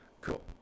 Cool